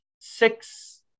six